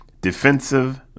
defensive